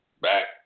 back